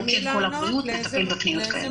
מוקד 'קול הבריאות' מטפל בפניות כאלה.